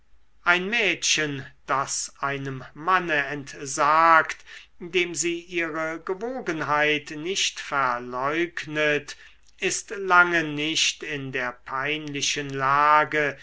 ein mädchen das einem manne entsagt dem sie ihre gewogenheit nicht verleugnet ist lange nicht in der peinlichen lage